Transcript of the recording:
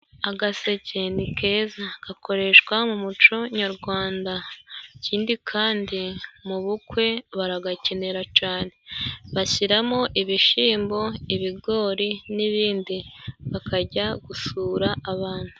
Agaseke ni keza gakoreshwa mu muco nyarwanda ikindi kandi mu bukwe baragakenera cane bashyiramo ibishimbo, ibigori n'ibindi bakajya gusura abantu.